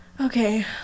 Okay